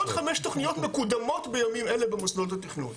ועוד חמש תוכניות מקודמות בימים אלה במוסדות התכנון.